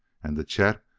and, to chet,